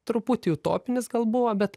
truputį utopinis gal buvo bet